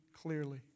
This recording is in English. clearly